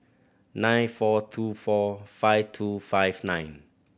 nine four two four five two five nine